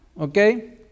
okay